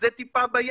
זה טיפה בים.